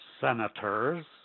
senators